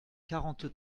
quarante